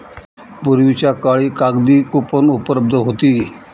पूर्वीच्या काळी कागदी कूपन उपलब्ध होती